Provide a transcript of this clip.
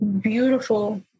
beautiful